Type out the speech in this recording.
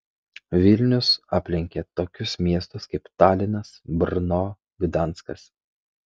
vilnius aplenkė tokius miestus kaip talinas brno gdanskas